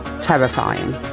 terrifying